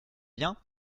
bien